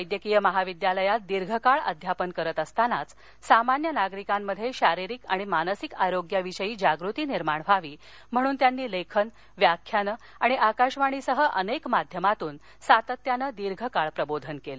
वैद्यकीय महाविद्यालयात दीर्घकाळ अध्यापन करत असतानाच सामान्य नागरिकांमध्ये शारीरिक आणि मानसिक आरोग्याविषयी जागृती निर्माण व्हावी म्हणून त्यांनी लेखन व्याख्यानं आणि आकाशवाणीसह अनेक माध्यमातून सातत्याने दीर्घकाळ प्रबोधन केलं